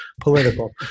political